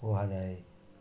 କୁହାଯାଏ